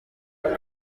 hari